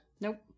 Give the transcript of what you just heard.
Nope